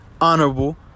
Honorable